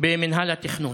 במינהל התכנון.